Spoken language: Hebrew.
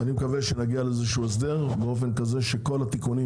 אני מקווה שנגיע לאיזה שהוא הסדר באופן כזה שכל התיקונים